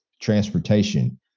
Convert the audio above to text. transportation